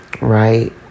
right